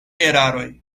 eraroj